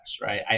right